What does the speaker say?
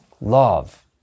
Love